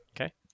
Okay